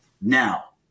Now